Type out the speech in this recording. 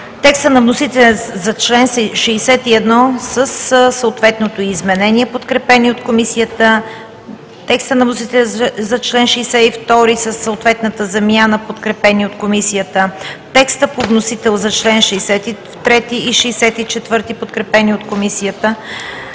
текста на вносителя за чл. 61 със съответното изменение, подкрепен от Комисията; текста на вносителя за чл. 62 със съответната замяна, подкрепен от Комисията; текста по вносител за чл. 63 и чл. 64, подкрепени от Комисията;